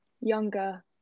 younger